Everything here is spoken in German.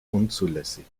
unzulässig